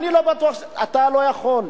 אתה לא יכול,